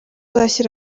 azashyira